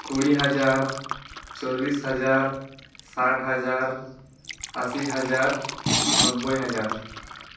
ᱠᱩᱲᱤ ᱦᱟᱡᱟᱨ ᱪᱚᱞᱤᱥ ᱦᱟᱡᱟᱨ ᱥᱟᱴ ᱦᱟᱡᱟᱨ ᱟᱥᱤ ᱦᱟᱡᱟᱨ ᱱᱚᱵᱽᱵᱚᱭ ᱦᱟᱡᱟᱨ